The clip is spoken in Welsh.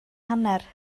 hanner